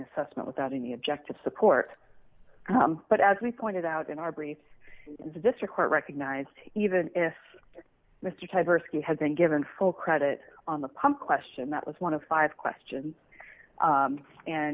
assessment without any objective support but as we pointed out in our brief the district court recognized even if mr kite versity had been given full credit on the pump question that was one of five questions